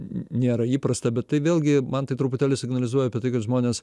n nėra įprasta bet tai vėlgi man tai truputėlį signalizuoja apie tai kad žmonės